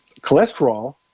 Cholesterol